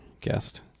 guest